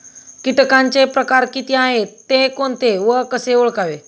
किटकांचे प्रकार किती आहेत, ते कोणते व कसे ओळखावे?